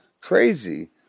Crazy